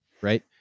right